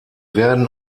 werden